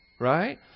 Right